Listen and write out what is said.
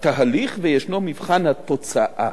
התהליך וישנו מבחן התוצאה,